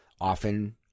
often